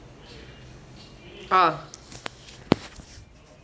oh